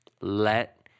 Let